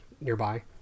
nearby